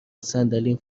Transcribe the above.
صندلیم